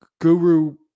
guru